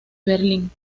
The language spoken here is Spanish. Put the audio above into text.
berlín